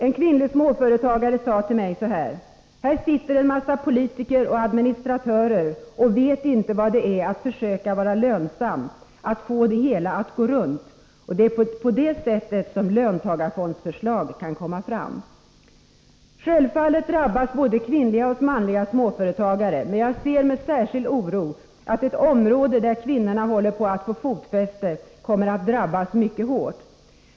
En kvinnlig småföretagare sade till mig: ”Här sitter en massa politiker och administratörer och vet inte vad det är att försöka vara lönsam, att få det hela att gå runt — det är på det sättet som löntagarfondsförslag kan komma fram.” Självfallet drabbas både kvinnliga och manliga småföretagare. Men jag ser med särskild oro att det område där kvinnorna håller på att få fotfäste kommer att drabbas mycket hårt.